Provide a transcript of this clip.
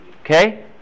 okay